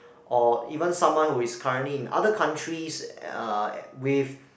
or even someone who is currently in other countries uh with